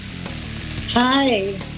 Hi